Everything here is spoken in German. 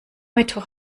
mittwoch